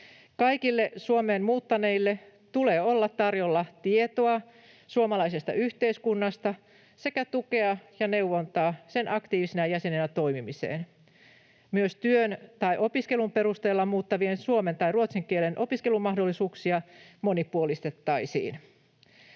Kaikille Suomeen muuttaneille tulee olla tarjolla tietoa suomalaisesta yhteiskunnasta sekä tukea ja neuvontaa sen aktiivisena jäsenenä toimimiseen. Myös työn tai opiskelun perusteella muuttavien suomen tai ruotsin kielen opiskelumahdollisuuksia monipuolistettaisiin.